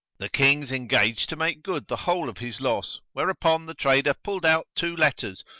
the kings engaged to make good the whole of his loss, where upon the trader pulled out two letters,